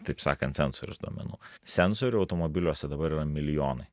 taip sakant sensorius duomenų sensorių automobiliuose dabar yra milijonai